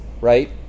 right